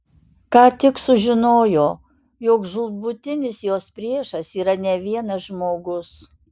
ką tik sužinojo jog žūtbūtinis jos priešas yra ne vienas žmogus